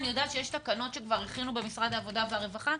אני יודעת שיש תקנות שכבר הכינו במשרד העבודה והרווחה,